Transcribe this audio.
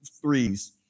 threes